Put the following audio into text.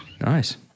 Nice